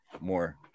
more